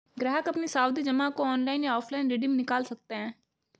ग्राहक अपनी सावधि जमा को ऑनलाइन या ऑफलाइन रिडीम निकाल सकते है